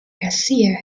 garcia